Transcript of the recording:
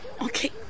Okay, (